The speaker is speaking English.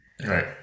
Right